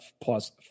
plus